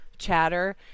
chatter